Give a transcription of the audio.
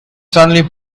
suddenly